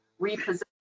reposition